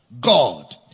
God